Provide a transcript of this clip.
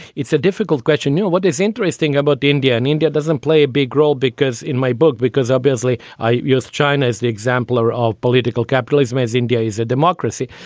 it's a difficult question. yeah what is interesting about india and india doesn't a big role because in my book, because obviously i use china as the exemplar of political capitalism, as india is a democracy,